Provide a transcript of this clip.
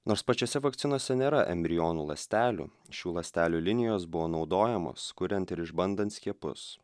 nors pačiose vakcinose nėra embrionų ląstelių šių ląstelių linijos buvo naudojamos kuriant ir išbandant skiepus